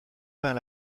peint